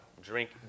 drink